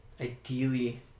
ideally